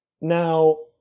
Now